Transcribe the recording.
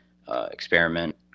Experiment